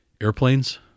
airplanes